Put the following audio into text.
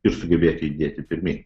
ir sugebėti judėti pirmyn